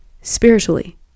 spiritually